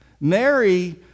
Mary